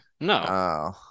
No